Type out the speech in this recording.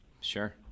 Sure